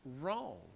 wrong